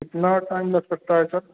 کتنا ٹائم لگ سکتا ہے سر